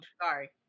Sorry